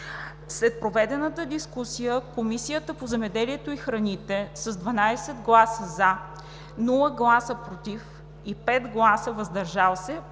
След проведената дискусия Комисията по земеделието и храните с 12 гласа “за”, без “против” и 5 гласа “въздържали се”